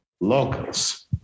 locals